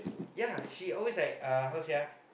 ya she always like uh how to say ah